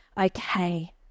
Okay